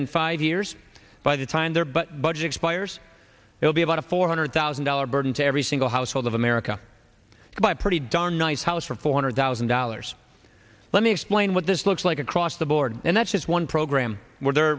in five years by the time their but budget expires it will be about a four hundred thousand dollars burden to every single household of america by pretty darn nice house for four hundred thousand dollars let me explain what this looks like across the board and that's one program where they